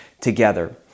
together